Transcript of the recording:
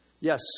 Yes